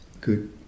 good